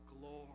glory